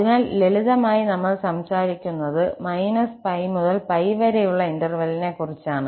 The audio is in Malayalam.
അതിനാൽ ലളിതമായി നമ്മൾ സംസാരിക്കുന്നത് −𝜋 മുതൽ 𝜋 വരെയുള്ള ഇന്റെർവെല്ലിനെക്കുറിച്ചാണ്